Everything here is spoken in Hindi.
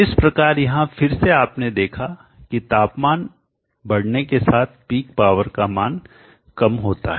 इस प्रकार यहां फिर से आपने देखा की तापमान बढ़ने के साथ पिक पावर का मान कम होता है